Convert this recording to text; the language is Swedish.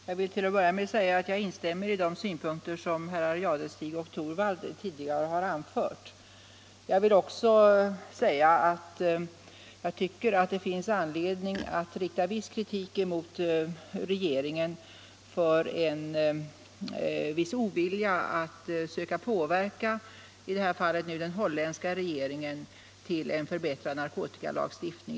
Herr talman! Till att börja med vill jag instämma i de synpunkter som herrar Jadestig och Torwald tidigare har anfört. Jag tycker att det finns anledning att rikta kritik mot regeringen för en viss ovilja att söka påverka i det här fallet den holländska regeringen till en förbättrad narkotikalagstiftning.